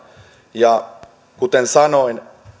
ja kuten sanoin